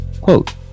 quote